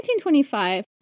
1925